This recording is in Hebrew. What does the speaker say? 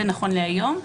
זה נכון להיום.